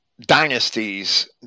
Dynasties